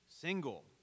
single